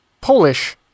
Polish